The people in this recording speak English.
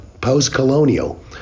post-colonial